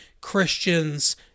Christians